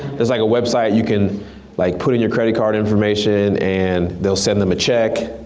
it's like a website you can like put in your credit card information and they'll send them a check.